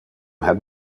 had